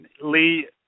Lee